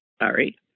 sorry